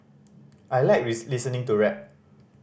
I like listening to rap